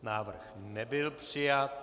Návrh nebyl přijat.